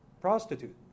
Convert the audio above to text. prostitute